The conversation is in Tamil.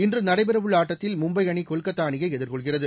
இன்று நடைபெறவுள்ள ஆட்டத்தில் மும்பை அணி கொல்கத்தா அணியை எதிர்கொள்கிறது